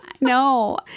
no